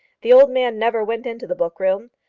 the old man never went into the book-room.